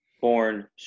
born